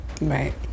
Right